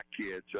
kids